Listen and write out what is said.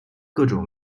各种